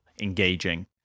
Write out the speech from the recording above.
engaging